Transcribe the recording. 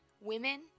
women